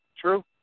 true